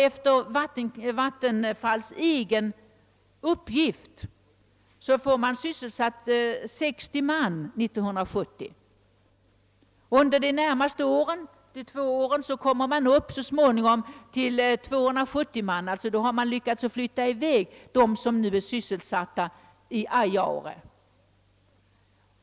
Enligt Vattenfalls egen uppgift kan man 1970 sysselsätta 60 man. Under de två närmaste åren därefter kommer man så småningom upp till 270 man. Då har man alltså lyckats sysselsätta dem som nu arbetar i Ajaure.